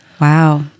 Wow